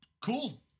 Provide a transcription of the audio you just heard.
Cool